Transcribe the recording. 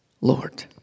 Lord